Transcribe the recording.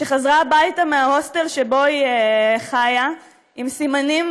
שחזרה הביתה מההוסטל שבו היא חיה עם סימנים